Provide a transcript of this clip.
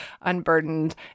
unburdened